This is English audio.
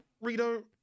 Rito